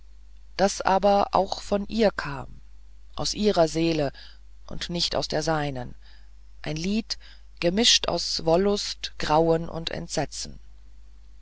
das aber auch von ihr kam aus ihrer seele und nicht aus der seinen ein lied gemischt mit wollust grauen und entsetzen